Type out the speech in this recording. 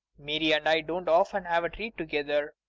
mary and i don't often have a treat together.